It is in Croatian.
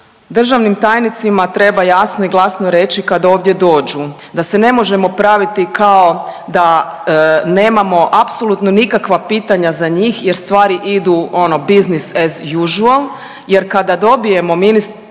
državnim tajnicima treba jasno i glasno reći kad ovdje dođu da se ne možemo praviti kao da nemamo apsolutno nikakva pitanja za njih jer stvari idu ono business as usual jer kada dobijemo ministra